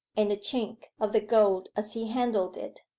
and the chink of the gold as he handled it.